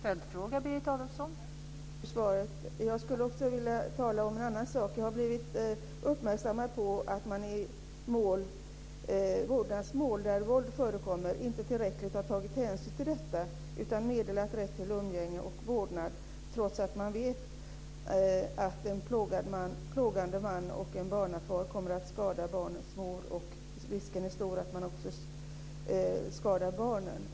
Fru talman! Tack för svaret. Jag skulle också vilja tala om en annan sak. Jag har blivit uppmärksammad på att man i vårdnadsmål där våld förekommer inte tillräckligt har tagit hänsyn till detta, utan meddelat rätt till umgänge och vårdnad trots att man vet att en plågande man och barnafar kommer att skada barnens mor. Risken är också stor att han skadar barnen.